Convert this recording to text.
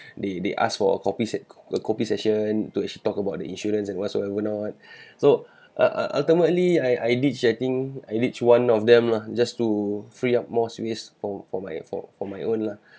they they ask for a a session to actually talk about the insurance and whatsoever not so uh uh ultimately I I did getting each one of them lah just to free up more space for for my uh for for my own lah